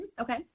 Okay